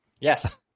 Yes